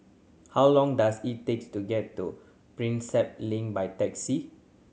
how long does it takes to get to Prinsep Link by taxi